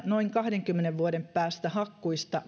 noin kahdenkymmenen vuoden päästä hakkuista